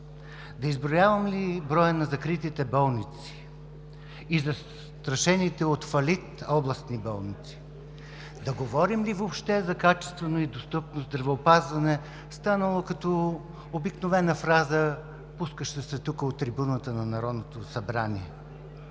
да изброявам ли броя на закритите болници и на застрашените от фалит областни болници, да говорим ли въобще за качествено и достъпно здравеопазване, станало като обикновена фраза, пускаща се от трибуната на Народното събрание?